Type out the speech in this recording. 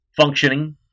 functioning